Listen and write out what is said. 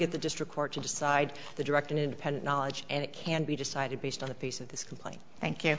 get the district court to decide the direct an independent knowledge and it can be decided based on a piece of this complaint thank you